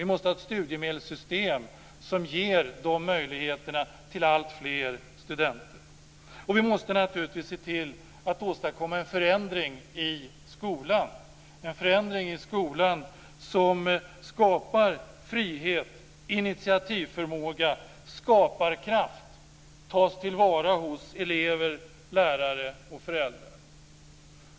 Vi måste ha ett studiemedelssystem som ger de möjligheterna till alltfler studenter. Vi måste naturligtvis se till att åstadkomma en förändring i skolan, som skapar frihet och initiativförmåga och gör så att skaparkraft tas till vara hos elever, lärare och föräldrar.